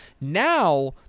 Now